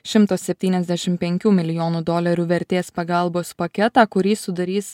šimto septyniasdešim penkių milijonų dolerių vertės pagalbos paketą kurį sudarys